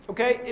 Okay